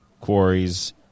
quarries